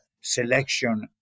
selection